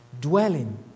dwelling